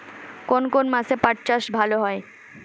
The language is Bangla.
কোন কোন মাসে পাট চাষ ভালো হয়?